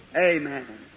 Amen